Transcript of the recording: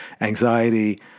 anxiety